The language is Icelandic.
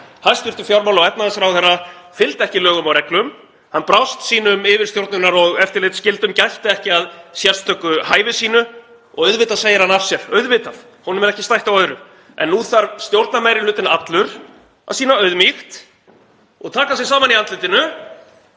Hæstv. fjármála- og efnahagsráðherra fylgdi ekki lögum og reglum. Hann brást sínum yfirstjórnunar- og eftirlitsskyldum, gætti ekki að sérstöku hæfi sínu og auðvitað segir hann af sér, auðvitað, honum er ekki stætt á öðru. En nú þarf stjórnarmeirihlutinn allur að sýna auðmýkt og taka sig saman í andlitinu